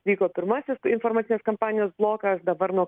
vyko pirmasis informacinės kampanijos blokas dabar nuo